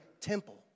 temple